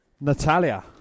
Natalia